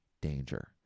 danger